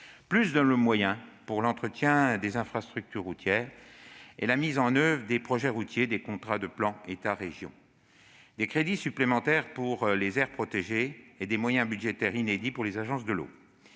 plus de moyens pour l'entretien des infrastructures routières et la mise en oeuvre des projets routiers des contrats de plan État-région ; des crédits supplémentaires pour les aires protégées et des moyens budgétaires inédits pour les agences de l'eau,